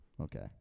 Okay